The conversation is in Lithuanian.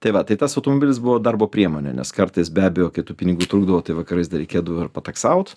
tai va tai tas automobilis buvo darbo priemonė nes kartais be abejo kai tų pinigų trūkdavo tai vakarais reikėdavo ir pataksaut